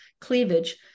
cleavage